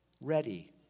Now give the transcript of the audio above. ready